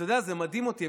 אתה יודע, זה מדהים אותי.